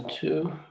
two